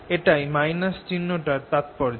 এটাই - চিহ্নটার তাৎপর্য